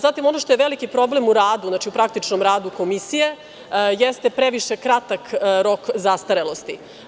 Zatim, ono što je veliki problem u radu, znači praktičnom radu komisije, jeste previše kratak rok zastarelosti.